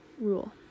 Rule